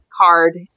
card